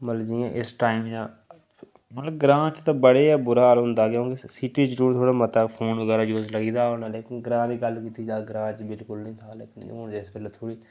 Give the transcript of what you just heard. मतलब जि'यां इस टाइम डां मतलब ग्रां च ते बड़ा गै बुरा हाल होंदा इत्थै सिटी च भी बी थोह्ड़ा मता फोन यूज लगी दा होना ते जेकर ग्रांऽ दी गल्ल कीती जा ते ग्रांऽ च ते बिलकुल नेईं पर हून इस बेल्लै थोह्ड़ी इ'यां